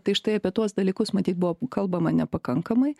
tai štai apie tuos dalykus matyt buvo kalbama nepakankamai